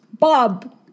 Bob